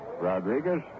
Rodriguez